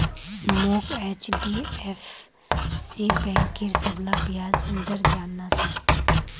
मोक एचडीएफसी बैंकेर सबला ब्याज दर जानना छ